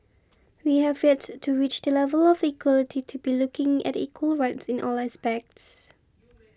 we have yet to reach the level of equality to be looking at equal rights in all aspects